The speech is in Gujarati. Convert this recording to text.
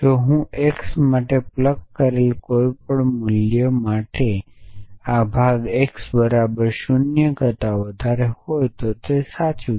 જો હું x માટે પ્લગ કરેલ કોઈપણ મૂલ્ય માટે આ ભાગ x બરાબર 0 કરતા વધારે હોય તો તે સાચા હશે